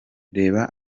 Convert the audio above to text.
reba